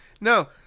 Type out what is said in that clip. no